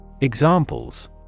Examples